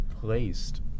placed